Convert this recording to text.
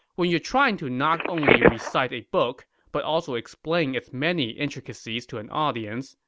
when you are trying to not only recite a book, but also explain its many intricacies to an audience,